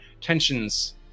tensions